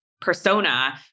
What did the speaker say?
persona